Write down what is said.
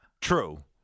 true